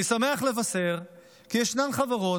אני שמח לבשר כי ישנן חברות,